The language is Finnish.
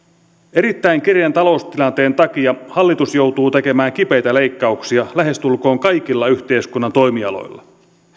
erittäin kireän taloustilanteen takia hallitus joutuu tekemään kipeitä leikkauksia lähestulkoon kaikilla yhteiskunnan toimialoilla